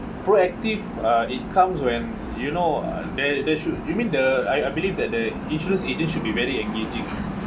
proactive uh it comes when you know they they should you mean the I I believe that the insurance agent should be very engaging